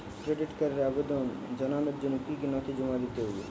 Credit কার্ডের আবেদন জানানোর জন্য কী কী নথি জমা দিতে হবে?